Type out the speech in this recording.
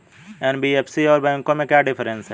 NBFC और बैंकों में क्या डिफरेंस है?